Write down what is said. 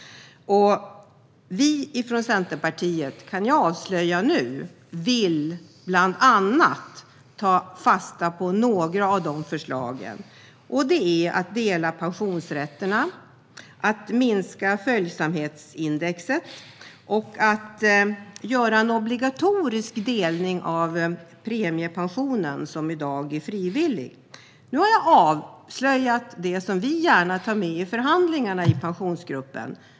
Jag kan här avslöja att vi i Centerpartiet, bland annat, vill ta fasta på några av dessa förslag. Detta innefattar att dela pensionsrätterna, att minska följsamhetsindexet och att göra en delning av premiepensionen obligatorisk - den är i dag frivillig. Nu har jag avslöjat det som vi gärna tar med i förhandlingarna i Pensionsgruppen.